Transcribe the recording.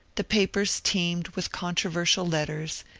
the papers teemed with controversial letters,